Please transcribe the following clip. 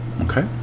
Okay